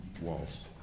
Waltz